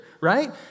right